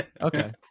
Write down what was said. okay